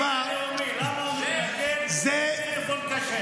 המשכין הלאומי, למה הוא מתנגד לטלפון כשר?